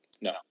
No